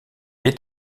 est